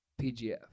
PGF